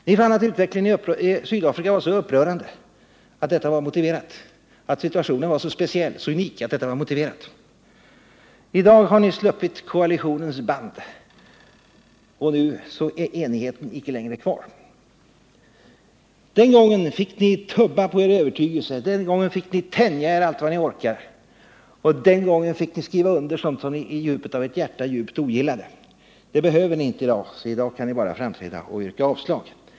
Vi fann att utvecklingen i Sydafrika var så oroande, att situationen var så speciell, så unik att detta var motiverat. I dag har ni moderater sluppit koalitionens band, och nu är enigheten icke längre kvar. Den gången fick ni tumma på er övertygelse, den gången fick ni tänja er allt vad ni orkade, och den gången fick ni skriva under sådant som ni i djupet av ert hjärta starkt ogillade. Det behöver ni inte i dag; nu kan ni framträda och yrka avslag.